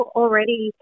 already